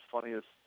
funniest